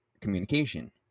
communication